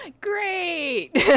great